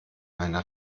meine